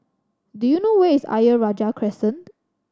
do you know where is Ayer Rajah Crescent